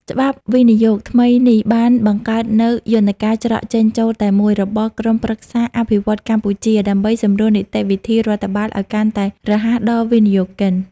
ច្បាប់វិនិយោគថ្មីនេះបានបង្កើតនូវ "យន្តការច្រកចេញចូលតែមួយ" របស់ក្រុមប្រឹក្សាអភិវឌ្ឍន៍កម្ពុជា ដើម្បីសម្រួលនីតិវិធីរដ្ឋបាលឱ្យកាន់តែរហ័សដល់វិនិយោគិន។